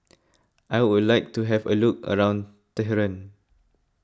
I would like to have a look around Tehran